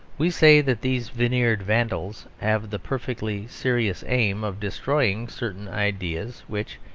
we say that these veneered vandals have the perfectly serious aim of destroying certain ideas which,